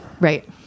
Right